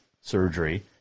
surgery